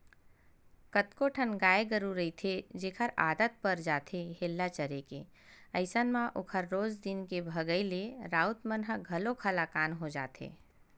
कतको ठन गाय गरु रहिथे जेखर आदत पर जाथे हेल्ला चरे के अइसन म ओखर रोज दिन के भगई ले राउत मन ह घलोक हलाकान हो जाथे